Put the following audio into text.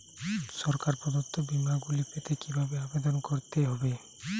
সরকার প্রদত্ত বিমা গুলি পেতে কিভাবে আবেদন করতে হবে?